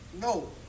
no